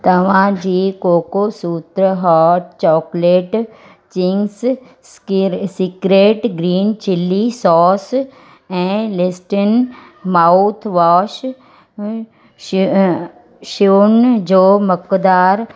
तव्हां जी कोकोसूत्र hot chocolate Ching's secret secret green chilli sauce ऐं लेस्टेन माउथ वॉश शून जो मक़दारु